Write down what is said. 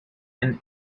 and